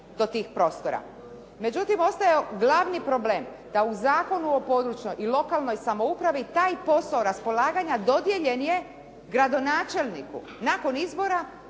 do tih prostora. Međutim, ostaje glavni problem da u Zakonu o područnoj i lokalnoj samoupravi taj posao raspolaganja dodijeljen je gradonačelniku nakon izbora